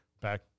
back